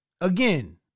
Again